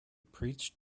preached